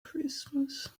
christmas